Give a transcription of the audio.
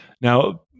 Now